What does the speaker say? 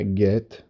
get